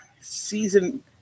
season